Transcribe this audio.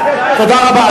תודה רבה.